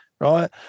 Right